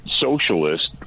socialist